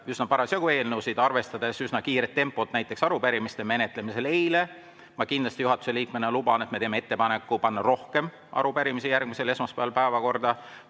üsna parasjagu eelnõusid. Arvestades üsna kiiret tempot näiteks arupärimiste menetlemisel eile, ma kindlasti juhatuse liikmena luban, et me teeme ettepaneku panna rohkem arupärimisi järgmisel esmaspäeval päevakorda.